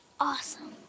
Awesome